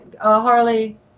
Harley